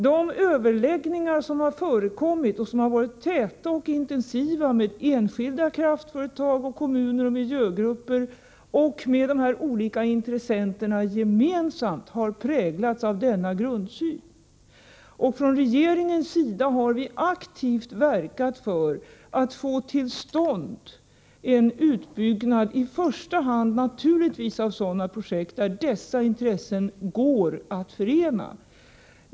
De täta och intensiva överläggningar som har förekommit med enskilda kraftföretag, kommuner och miljögrupper, och med de olika intressenterna gemensamt, har präglats av denna grundsyn. Från regeringens sida har vi aktivt verkat för att få till stånd en utbyggnad av i första hand sådana projekt där dessa intressen går att förena.